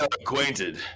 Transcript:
acquainted